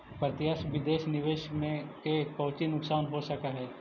प्रत्यक्ष विदेश निवेश के कउची नुकसान हो सकऽ हई